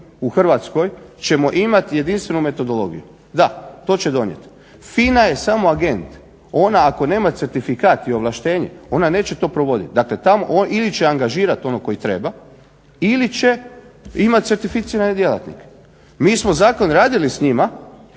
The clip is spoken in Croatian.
u Hrvatskoj ćemo imati jedinstvenu metodologiju. Da, to će donijeti. FINA je samo agent. Ona ako nema certifikat i ovlaštenje ona neće to provoditi ili će angažirati onog koji treba ili će imati certificirane djelatnike. Mi smo zakon radili s njima